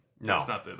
No